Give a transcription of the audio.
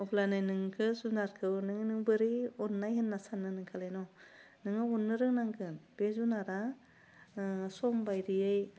अब्लानो नोंखौ जुनारखौ नोङो नों बोरै अन्नाय होन्ना सान्नो नोंखौलाय न' नोङो अन्नो रोंनांगोन बे जुनारा ओह सम बायदियै